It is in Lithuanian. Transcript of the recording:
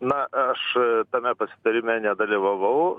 na aš tame pasitarime nedalyvavau